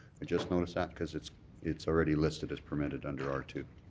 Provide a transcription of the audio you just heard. just noticed that because it's it's already listed as permitted under r two.